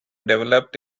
developed